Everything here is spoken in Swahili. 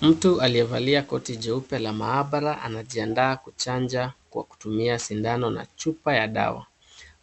Mtu aliyevalia koti jeupe la maabara anajiandaa kuchanja kwa kutumia sindano na chupa ya dawa.